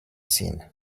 seen